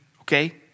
okay